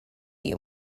you